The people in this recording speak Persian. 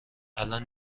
الان